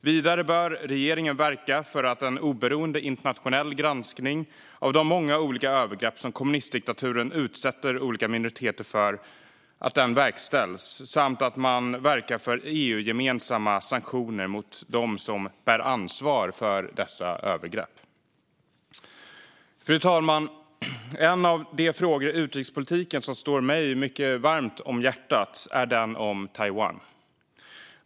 Vidare bör regeringen verka för att en oberoende internationell granskning av de många olika övergrepp som kommunistdiktaturen utsätter olika minoriteter för verkställs samt att man verkar för EU-gemensamma sanktioner mot dem som bär ansvar för dessa övergrepp. Fru talman! En av de frågor i utrikespolitiken som ligger mig mycket varmt om hjärtat är den om Taiwan.